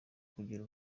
kugira